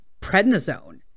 prednisone